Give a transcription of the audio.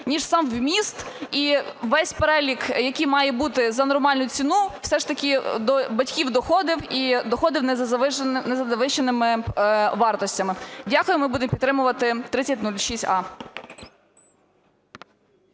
ніж сам вміст. І весь перелік, який має бути за нормальну ціну, все ж таки до батьків доходив і доходив не за завищеними вартостями. Дякую. Ми будемо підтримувати 3006а.